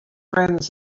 friend